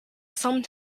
some